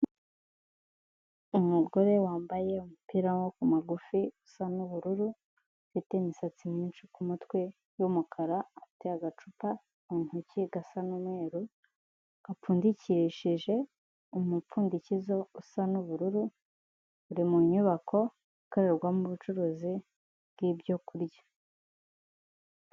Umugore wambaye umupira w'amaboko magufi usa n'ubururu ufite imisatsi myinshi kumutwe y'umukara afite agacupa mu ntoki gasa n'umweruru gapfundikishije umupfundikizo usa n'ubururu uri mu nyubako ikorerwamo ubucuruzi bw'ibyo kurya.